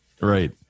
Right